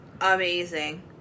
amazing